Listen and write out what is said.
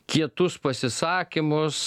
kietus pasisakymus